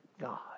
God